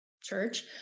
church